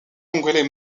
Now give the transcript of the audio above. congolais